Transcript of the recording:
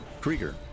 Krieger